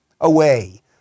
away